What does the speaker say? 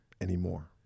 anymore